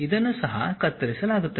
ಇದನ್ನು ಸಹ ಕತ್ತರಿಸಲಾಗುತ್ತದೆ